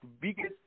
biggest